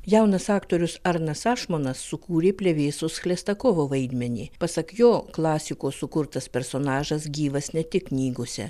jaunas aktorius arnas ašmonas sukūrė plevėsos chlestakovo vaidmenį pasak jo klasiko sukurtas personažas gyvas ne tik knygose